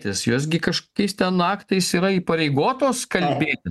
jos gi kažkokiais ten aktais yra įpareigotos kalbėtis